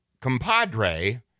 compadre